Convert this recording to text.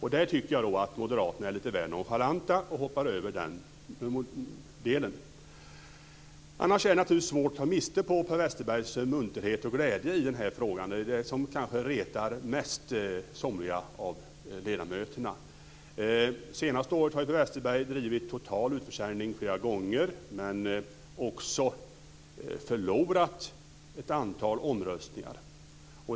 Jag tycker att moderaterna är lite väl nonchalanta och att de hoppar över den delen. Annars är det naturligtvis svårt att ta miste på Per Westerbergs munterhet och glädje i den här frågan. Det är kanske det som mest retar somliga av ledamöterna. Det senaste året har ju Per Westerberg flera gånger drivit frågan om en totalt utförsäljning, men också förlorat ett antal omröstningar.